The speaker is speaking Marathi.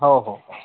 हो हो